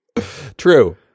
True